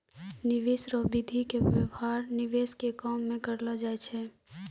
निवेश रो विधि के व्यवहार निवेश के काम मे करलौ जाय छै